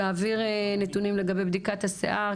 להעביר נתונים לגבי בדיקת השיער,